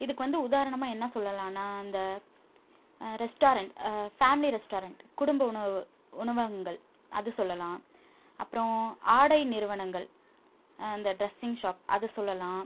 இதுக்கு வந்து உதாரணமாக என்ன சொல்லெலானா இந்த ரெஸ்டாரெண்ட் ஃபேமிலி ரெஸ்டாரெண்ட் குடும்ப உணவு உணவகங்கள் அது சொல்லெலாம் அப்புறோம் ஆடை நிறுவனங்கள் இந்த ட்ரெஸிங் ஷாப் அதை சொல்லெலாம்